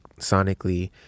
sonically